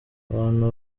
abantu